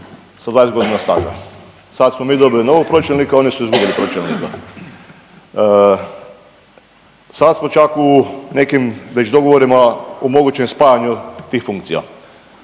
Sad smo čak u nekim već dogovorima o mogućem spajanju tih funkcija.